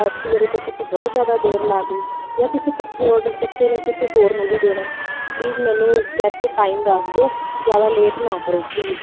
ਐਤਕੀ ਵਾਰ ਤਾਂ ਤੁਸੀਂ ਬਹੁਤ ਜ਼ਿਆਦਾ ਦੇਰ ਲਾਤੀ ਜਾਂ ਤੁਸੀਂ ਇਕੱਠੇ ਆਰਡਰ ਚੱਕੇ ਨੇ ਕਿਸੇ ਹੋਰ ਨੂੰ ਵੀ ਦੇਣਾ ਪਲੀਜ਼ ਮੈਨੂੰ ਐਗਜੈਕਟ ਟਾਈਮ ਦੱਸ ਦਿਓ ਜ਼ਿਆਦਾ ਲੇਟ ਨਾ ਕਰੋ ਪਲੀਜ਼